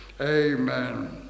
Amen